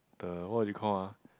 the what do you call ah